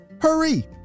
Hurry